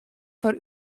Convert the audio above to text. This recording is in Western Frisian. foar